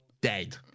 dead